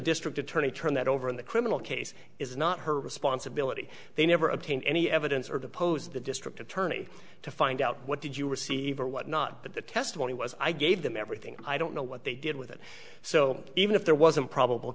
district attorney turned that over in the criminal case is not her responsibility they never obtain any evidence or deposed the district attorney to find out what did you receive or what not but the testimony was i gave them everything i don't know what they did with it so even if there wasn't probable